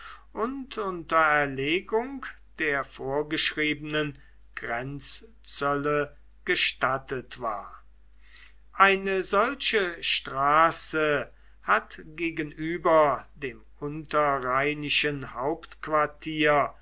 und unter erlegung der vorgeschriebenen grenzzölle gestattet war eine solche straße hat gegenüber dem unterrheinischen hauptquartier